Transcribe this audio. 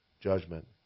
judgment